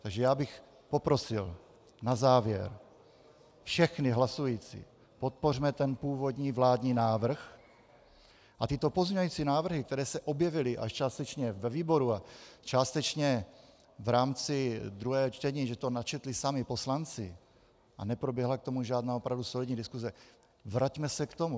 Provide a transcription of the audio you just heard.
Takže bych poprosil na závěr všechny hlasující, podpořme původní vládní návrh a tyto pozměňující návrhy, které se objevily až částečně ve výboru a částečně v rámci druhého čtení, že to načetli sami poslanci a neproběhla k tomu žádná opravdu solidní diskuse, vraťme se k tomu.